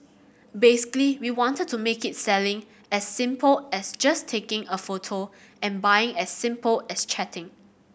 basically we wanted to make it selling as simple as just taking a photo and buying as simple as chatting